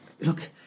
look